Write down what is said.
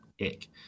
ick